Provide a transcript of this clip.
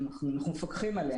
אנחנו מפקחים עליהם.